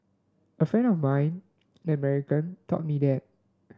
a friend of mine an American taught me that